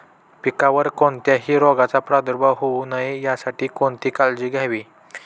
पिकावर कोणत्याही रोगाचा प्रादुर्भाव होऊ नये यासाठी कोणती काळजी घ्यावी?